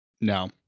No